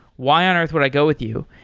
why on earth would i go with you?